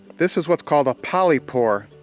this is what's called a polypore